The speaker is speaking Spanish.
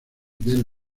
del